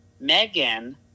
Megan